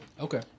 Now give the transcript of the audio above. Okay